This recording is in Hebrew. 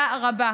תודה רבה.